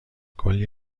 کلی